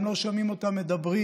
אתם לא שומעים אותם מדברים